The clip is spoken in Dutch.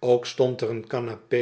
ook stond er eene